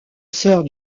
sir